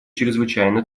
чрезвычайно